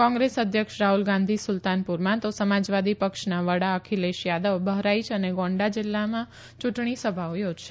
કોંગ્રેસ અધ્યક્ષ રાહ્લ ગાંધી સુલતાનપુરમાં તો સમાજવાદી પક્ષના વડા અખિલેશ યાદવ બહરાઈય અને ગોંન્ડા જીલ્લામાં યુંટણી સભાઓ યોજશે